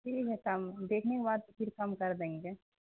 ٹھیک ہے تو ہم دیکھنے کے بعد پھر کم کر دیں گے